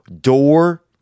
door